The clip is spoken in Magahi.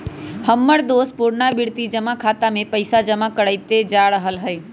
हमर दोस पुरनावृति जमा खता में पइसा जमा करइते जा रहल हइ